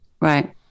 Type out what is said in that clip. Right